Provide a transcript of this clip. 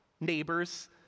neighbors